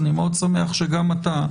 אני מאוד שמח, שגם אתה,